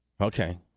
Okay